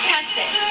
Texas